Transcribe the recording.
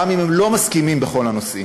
גם אם הם לא מסכימים בכל הנושאים.